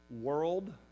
world